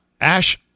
Ash